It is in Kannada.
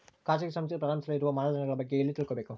ಖಾಸಗಿ ಸಂಸ್ಥೆ ಪ್ರಾರಂಭಿಸಲು ಇರುವ ಮಾನದಂಡಗಳ ಬಗ್ಗೆ ಎಲ್ಲಿ ತಿಳ್ಕೊಬೇಕು?